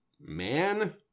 Man